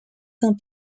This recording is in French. saint